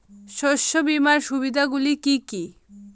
শস্য বীমার সুবিধা গুলি কি কি?